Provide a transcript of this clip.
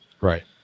right